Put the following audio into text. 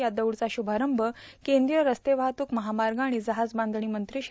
या दौडचा शु भारं भर्म्रीय रू ते वाहतूक्महामाग आणि जहाजबांधणी मंत्री श्री